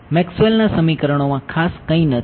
મેક્સવેલના સમીકરણોમાં ખાસ કંઈ નથી